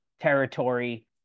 territory